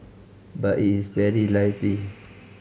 but it is very lively